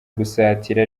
gusatira